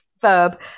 verb